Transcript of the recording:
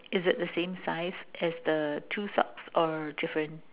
is it the same size as the two socks or different